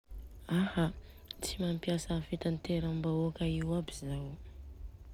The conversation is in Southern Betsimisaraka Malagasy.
Aha, tsy mampiasa fitateram-bahoaka Io aby zaho.